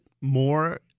more